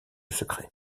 secret